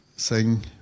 Sing